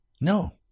No